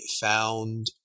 found